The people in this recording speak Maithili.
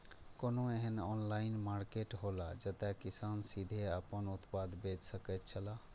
कोनो एहन ऑनलाइन मार्केट हौला जते किसान सीधे आपन उत्पाद बेच सकेत छला?